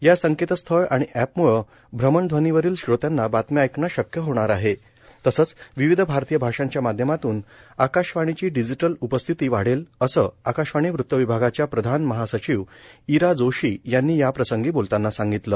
या संकेतस्थळ आणि अॅपमूळं भ्रमणध्वनीवरील श्रोत्यांना बातम्या ऐकणं शक्य होणार तसंच विविध भारतीय भाषांच्या माध्यमातून आकाशवाणीची डिजीटल उपस्थिती वाढेल असं आकाशवाणी वृत विभागाच्या प्रधान महासचिव ईरा जोशी यांनी याप्रसंगी बोलताना सांगितलं